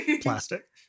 plastic